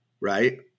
right